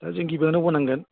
दा जों गिबियावनो बुंनांगोन